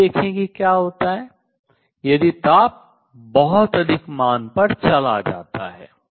आइए देखें कि क्या होता है यदि ताप बहुत अधिक मान पर चला जाता है